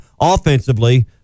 offensively